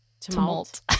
Tumult